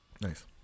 Nice